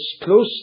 closely